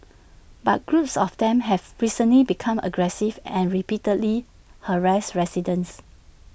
but groups of them have recently become aggressive and repeatedly harassed residents